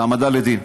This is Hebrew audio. להעמדה לדין.